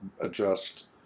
adjust